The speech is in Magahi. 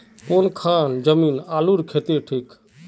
कौन खान जमीन आलूर केते ठिक?